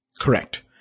Correct